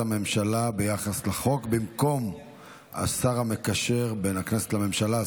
הממשלה ביחס לחוק במקום השר המקשר בין הכנסת לממשלה,